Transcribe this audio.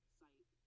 site